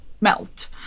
melt